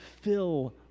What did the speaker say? fill